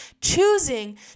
Choosing